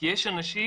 יש אנשים